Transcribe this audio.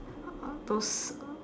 uh those uh